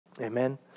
Amen